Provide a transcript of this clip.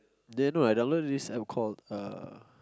then when I download this App called